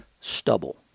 stubble